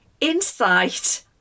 insight